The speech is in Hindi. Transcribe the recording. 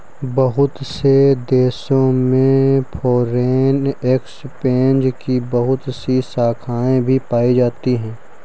बहुत से देशों में फ़ोरेन एक्सचेंज की बहुत सी शाखायें भी पाई जाती हैं